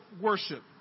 worship